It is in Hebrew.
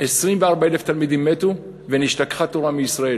24,000 תלמידים מתו ונשתכחה תורה מישראל